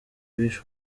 bishe